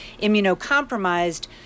immunocompromised